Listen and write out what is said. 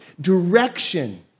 direction